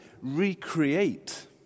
recreate